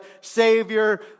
Savior